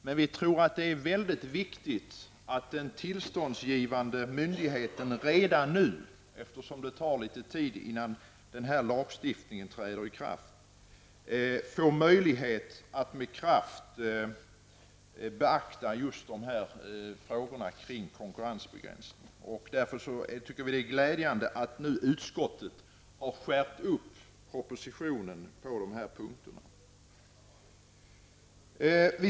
Men vi tror att det är mycket viktigt att den tillståndsgivande myndigheten redan nu -- det tar ju litet tid innan lagstiftningen i fråga träder i kraft -- får möjlighet att ordentligt beakta frågorna kring konkurrensbegränsningen. Det är således glädjande att utskottet har åstadkommit en skärpning i förhållandet till propositionen på de här punkterna.